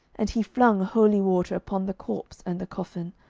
and he flung holy water upon the corpse and the coffin,